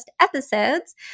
episodes